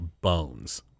bones